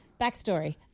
backstory